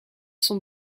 son